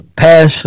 pass